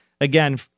again